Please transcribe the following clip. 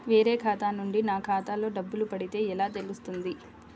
వేరే ఖాతా నుండి నా ఖాతాలో డబ్బులు పడితే ఎలా తెలుస్తుంది?